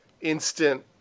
instant